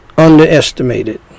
underestimated